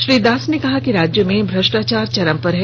श्री दास ने कहा है कि राज्य में भ्रष्टाचार चरम पर है